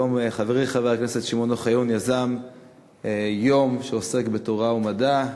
היום חברי חבר הכנסת שמעון אוחיון יזם יום שעוסק בתורה ומדע,